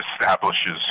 establishes